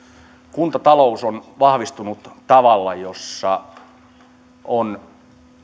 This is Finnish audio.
kuntatalous on vahvistunut tavalla jolla on